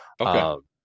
Okay